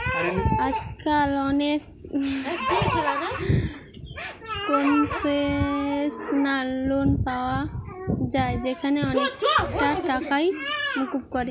আজকাল অনেক concessional loan পায়া যায় যেখানে অনেকটা টাকাই মুকুব করে